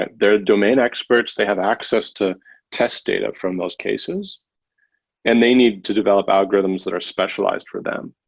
and they're domain experts. they have access to test data from those cases and they need to develop algorithms that are specialized for them.